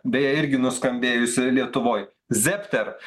beje irgi nuskambėjusi lietuvoje zepter